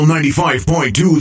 95.2